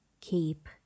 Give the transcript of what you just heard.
keep